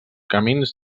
camins